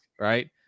right